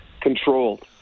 controlled